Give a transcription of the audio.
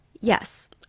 Yes